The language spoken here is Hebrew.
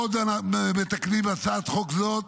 עוד מתקנים בהצעת חוק זו,